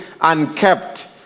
unkept